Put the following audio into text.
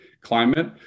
climate